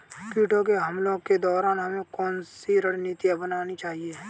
कीटों के हमलों के दौरान हमें कौन सी रणनीति अपनानी चाहिए?